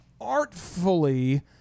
artfully